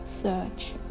search